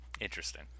Interesting